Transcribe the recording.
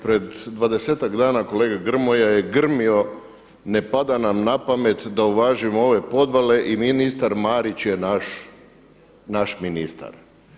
Pred dvadesetak dana kolega Grmoja je grmio ne pada nam na pamet da uvažimo ove podvale i ministar Marić je naš ministar.